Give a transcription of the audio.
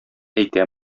әйтә